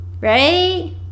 right